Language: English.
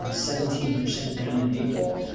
ah seventeen percent down in april.